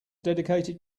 dedicated